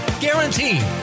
guaranteed